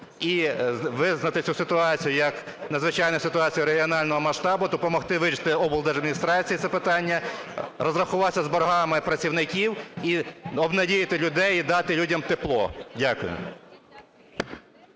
і визнати цю ситуацію як надзвичайну ситуацію регіонального масштабу, допомогти вирішити облдержадміністрації це питання, розрахуватися з боргами працівників і обнадіяти людей і дати людям тепло. Дякую.